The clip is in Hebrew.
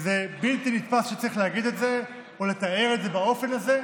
וזה בלתי נתפס שצריך להגיד את זה או לתאר את זה באופן הזה,